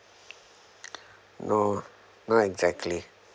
no not exactly